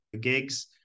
gigs